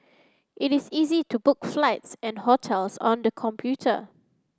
it is easy to book flights and hotels on the computer